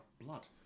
blood